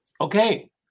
okay